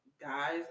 guys